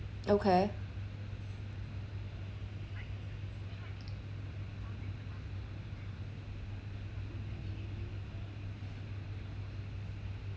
okay